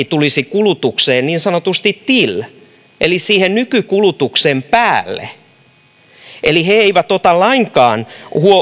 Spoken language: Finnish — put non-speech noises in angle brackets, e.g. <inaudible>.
<unintelligible> tulisi kulutukseen niin sanotusti till eli siihen nykykulutuksen päälle eli he eivät ota lainkaan